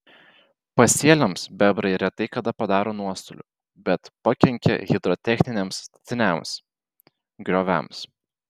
pasėliams bebrai retai kada padaro nuostolių bet pakenkia hidrotechniniams statiniams grioviams